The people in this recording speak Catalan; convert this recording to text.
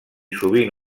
sovint